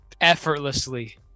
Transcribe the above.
effortlessly